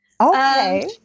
Okay